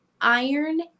iron